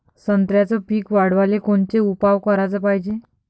संत्र्याचं पीक वाढवाले कोनचे उपाव कराच पायजे?